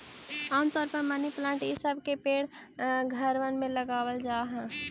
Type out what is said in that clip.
आम तौर पर मनी प्लांट ई सब के पेड़ घरबन में लगाबल जा हई